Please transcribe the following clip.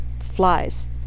flies